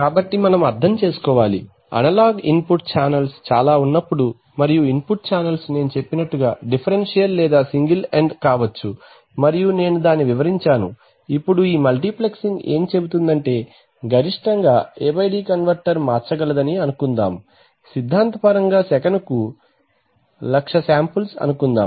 కాబట్టి మనం అర్థం చేసుకోవాలి అనలాగ్ ఇన్పుట్ ఛానెల్స్ చాలా ఉన్నప్పుడు మరియు ఇన్పుట్ ఛానల్స్ నేను చెప్పినట్లుగా డిఫరెన్షియల్ లేదా సింగిల్ ఎండ్ కావచ్చు మరియు నేను దాన్ని వివరించాను ఇప్పుడు ఈ మల్టీప్లెక్సింగ్ ఏం చెబుతుందంటే గరిష్టంగా A D కన్వర్టర్ మార్చగలదని అనుకుందాం సిద్ధాంతపరంగా సెకనుకు 100000 శాంపుల్స్ ను అనుకుందాం